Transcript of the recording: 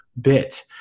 bit